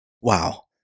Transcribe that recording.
Wow